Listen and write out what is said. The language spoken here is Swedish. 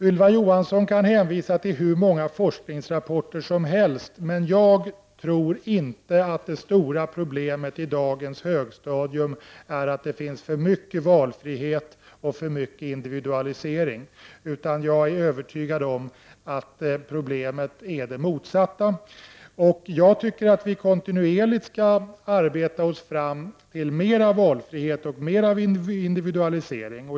Ylva Johansson kan hänvisa till hur många forskningsrapporter som helst, men jag tror inte att det stora problemet i dagens högstadium är att det finns för mycket valfrihet och för mycket individualisering. Jag är övertygad om att problemet är det motsatta. Jag tycker att vi kontinuerligt skall arbeta oss fram till mera valfrihet och mera individualisering.